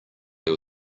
your